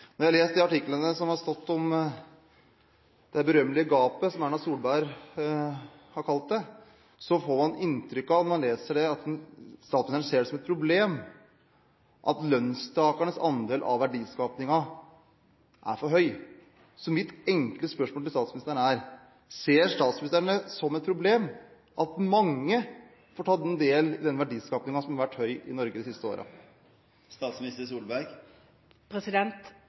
når jeg har lest de artiklene som har stått om det berømmelige gapet, som Erna Solberg har kalt det, får man inntrykk av at statsministeren ser det som et problem at lønnstakernes andel av verdiskapingen er for høy. Mitt enkle spørsmål til statsministeren er: Ser statsministeren det som et problem at mange får tatt del i denne verdiskapingen, som har vært høy i Norge de siste